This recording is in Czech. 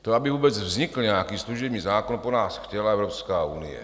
To, aby vůbec vznikl nějaký služební zákon, po nás chtěla Evropská unie.